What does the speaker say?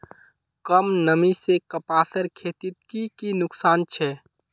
कम नमी से कपासेर खेतीत की की नुकसान छे?